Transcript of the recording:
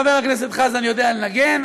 חבר הכנסת חזן יודע לנגן,